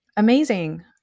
Amazing